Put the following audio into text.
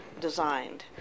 designed